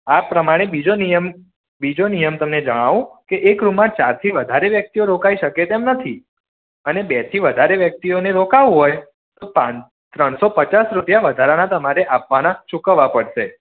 આ પ્રમાણે બીજો નિયમ બીજો નિયમ તમને જણાવું કે એક રૂમમાં ચારથી વધારે વ્યક્તિઓ રોકાઈ શકે તેમ નથી અને બેથી વધારે વ્યક્તિઓને રોકાવું હોય તો પાન ત્રણસો પચાસ રુપિયા વધારાના તમારે આપવાના ચૂકવવા પડશે